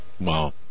Wow